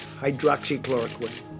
hydroxychloroquine